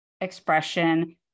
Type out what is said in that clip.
expression